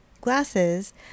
glasses